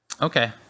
Okay